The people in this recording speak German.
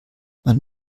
man